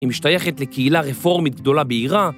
היא משתייכת לקהילה רפורמית גדולה בהירה